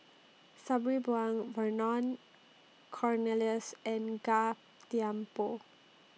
Sabri Buang Vernon Cornelius and Gan Thiam Poh